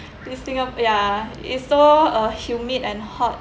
this thing up ya it's so humid and hot